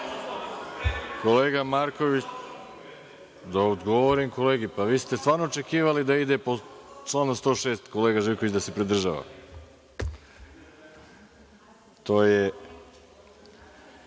Kolega Markoviću, da odgovorim kolegi. Pa, vi ste stvarno očekivali da ide po članu 106. kolega Živković da se pridržava? Po